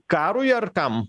karui ar kam